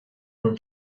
from